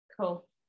cool